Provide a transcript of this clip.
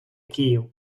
київ